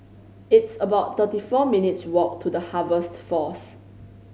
it's about thirty four minutes' walk to The Harvest Force